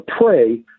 pray